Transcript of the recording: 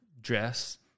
dress